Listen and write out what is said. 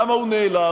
למה הוא נעלם?